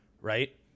right